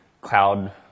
cloud